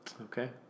Okay